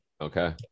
Okay